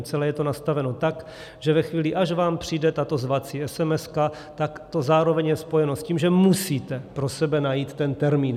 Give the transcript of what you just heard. Celé je to nastaveno tak, že ve chvíli, až vám přijde tato zvací esemeska, tak to zároveň je spojeno s tím, že musíte pro sebe najít ten termín.